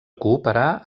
cooperar